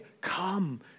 Come